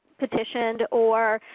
petitioned or